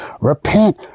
repent